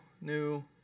new